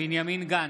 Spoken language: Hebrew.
בנימין גנץ,